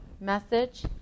message